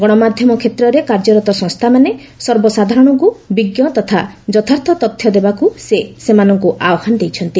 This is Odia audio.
ଗଣମାଧ୍ୟମ କ୍ଷେତ୍ରରେ କାର୍ଯ୍ୟରତ ସଂସ୍ଥାମାନେ ସର୍ବସାଧାରଣଙ୍କୁ ବିଜ୍ଞ ତଥା ଯଥାର୍ଥ ତଥ୍ୟ ଦେବାକୁ ସେ ସେମାନଙ୍କୁ ଆହ୍ୱାନ ଦେଇଛନ୍ତି